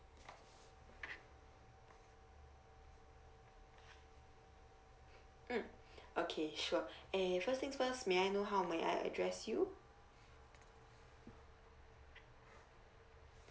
mm okay sure eh first things first may I know how may I address you